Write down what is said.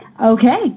okay